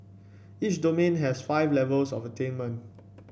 each domain has five levels of attainment